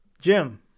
Jim